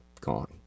gone